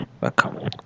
Welcome